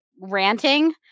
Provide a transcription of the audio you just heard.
ranting